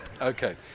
Okay